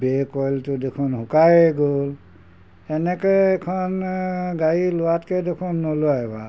beer কইলটো দেখোন শুকাই গ'ল এনেকৈ এখন গাড়ী লোৱাতকৈ দেখোন নোলোৱাই ভাল